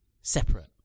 separate